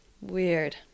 Weird